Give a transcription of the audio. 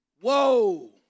Whoa